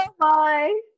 Bye